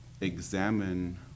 examine